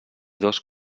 dos